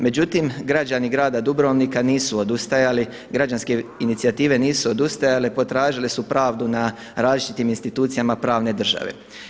Međutim, građani grada Dubrovnika nisu odustajali, građanske inicijative nisu odustajale, potražile su pravdu na različitim institucijama pravne države.